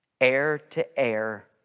Air-to-air